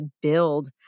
build